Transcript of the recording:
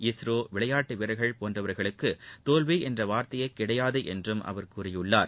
இஸ்ரோ விளையாட்டு வீரர்கள் போன்றவர்களுக்கு தோல்வி என்ற வார்த்தையே கிடையாது என்றும் அவர் கூறியிருக்கிறார்